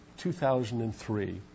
2003